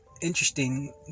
interesting